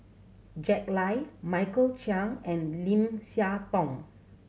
Jack Lai Michael Chiang and Lim Siah Tong